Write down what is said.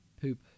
poop